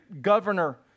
governor